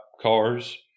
cars